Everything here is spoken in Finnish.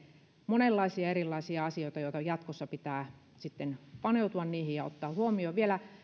monenlaisia erilaisia asioita joihin jatkossa pitää paneutua ja jotka pitää ottaa huomioon vielä